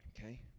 Okay